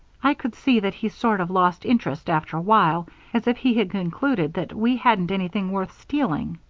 i could see that he sort of lost interest after while as if he had concluded that we hadn't anything worth stealing.